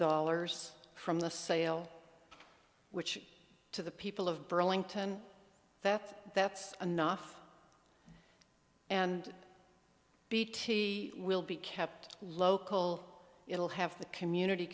dollars from the sale which to the people of burlington that's that's enough and will be kept local it'll have the community